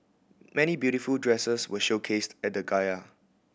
many beautiful dresses were showcased at the